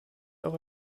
auch